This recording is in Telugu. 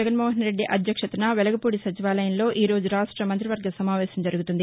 జగన్నోహన్ రెడ్లి అధ్యక్షతన వెలగపూడి సచివాలయంలో రంరోజు రాష్ట్ర మంత్రివర్గ సమావేశం జరుగుతుంది